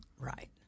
Right